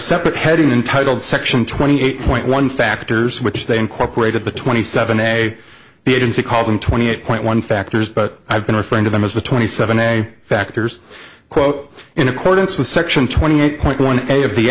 separate heading in titled section twenty eight point one factors which they incorporated the twenty seven day the agency calls them twenty eight point one factors but i've been referring to them as the twenty seven day factors quote in accordance with section twenty eight point one of the